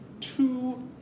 two